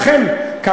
הרוב המכריע.